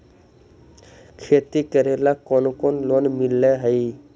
खेती करेला कौन कौन लोन मिल हइ?